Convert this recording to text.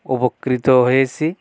উপকৃত হয়েছি